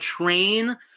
train